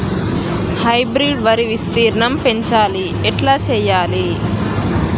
Hybrid వరి విస్తీర్ణం పెంచాలి ఎట్ల చెయ్యాలి?